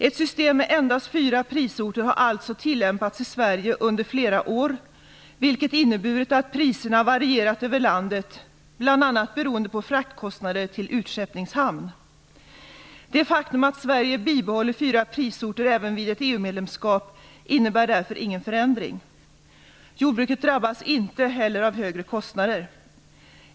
Ett system med endast fyra prisorter har alltså tillämpats i Sverige under flera år, vilket inneburit att priserna varierat över landet bl.a. beroende på fraktkostnader till utskeppningshamn. Det faktum att Sverige bibehåller fyra prisorter även vid ett EU medlemskap innebär därför ingen förändring. Jordbruket drabbas inte heller av högre kostnader.